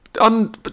on